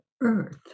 earth